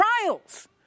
trials